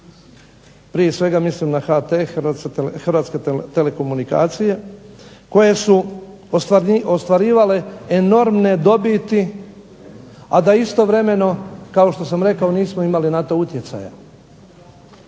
prije svega mislim na HT Hrvatske telekomunikacije koje su ostvarivale enormne dobiti, a da istovremeno kao što sam rekao nismo imali na to utjecaja.